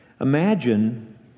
Imagine